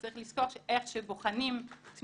כי צריך לזכור שהאופן שבוחנים תמיכה,